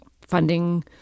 funding